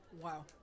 Wow